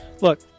Look